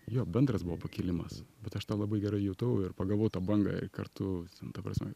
jo bendras buvo pakilimas bet aš tą labai gerai jutau ir pagalvau tą bangą kartu ta prasme